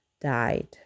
died